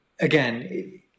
again